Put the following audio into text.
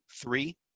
Three